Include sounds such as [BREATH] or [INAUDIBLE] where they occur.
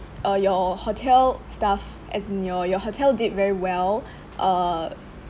uh your hotel staff as in your your hotel did very well [BREATH] uh